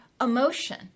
emotion